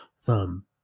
Thumb